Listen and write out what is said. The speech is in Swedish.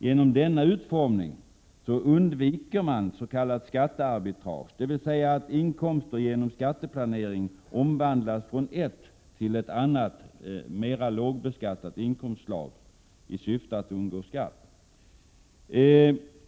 Genom denna utformning undviks s.k. skattearbitrage, dvs. att inkomster genom skatteplanering omvandlas från ett till ett annat, mera lågbeskattat inkomstslag och därigenom undgår skatt.